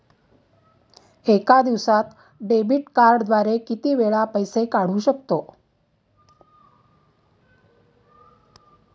एका दिवसांत डेबिट कार्डद्वारे किती वेळा पैसे काढू शकतो?